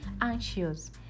anxious